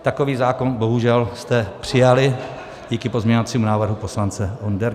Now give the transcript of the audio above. Takový zákon bohužel jste přijali díky pozměňovacímu návrhu poslance Onderky.